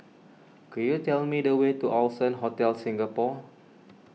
could you tell me the way to Allson Hotel Singapore